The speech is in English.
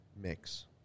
mix